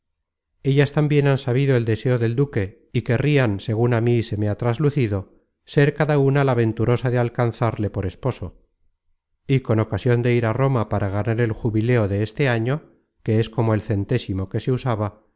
ellas tambien han sabido el deseo del duque y querrian segun á mí se me ha traslucido ser cada una la venturosa de alcanzarle por esposo y con ocasion de ir a roma á ganar el jubileo de este año que es como el centésimo que se usaba